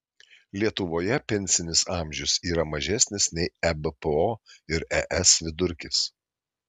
lietuvoje pensinis amžius yra mažesnis nei ebpo ir es vidurkis